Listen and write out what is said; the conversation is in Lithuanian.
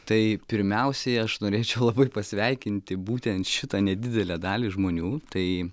tai pirmiausiai aš norėčiau labai pasveikinti būtent šitą nedidelę dalį žmonių tai